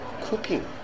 cooking